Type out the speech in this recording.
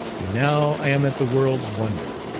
and now i am at the world's wonder,